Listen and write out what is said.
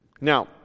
Now